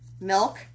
milk